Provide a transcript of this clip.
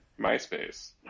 MySpace